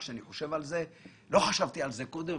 לא חשבתי על זה קודם,